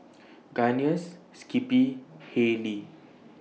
Guinness Skippy Haylee